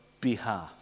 behalf